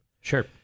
Sure